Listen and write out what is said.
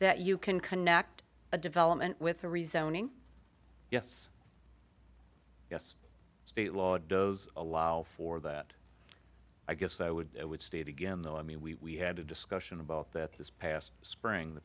that you can connect a development with a resounding yes yes state law does allow for that i guess i would i would state again though i mean we had a discussion about that this past spring